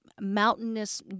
mountainous